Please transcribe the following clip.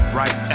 right